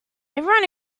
everyone